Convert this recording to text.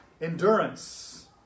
endurance